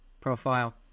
profile